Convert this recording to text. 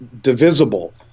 divisible